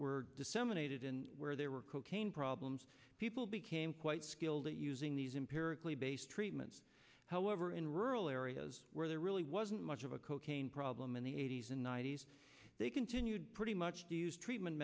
were disseminated in where there were cocaine problems people became quite skilled at using these imperatively based treatments however in rural areas where there really wasn't much of a cocaine problem in the eighty's and ninety's they continued pretty much to use treatment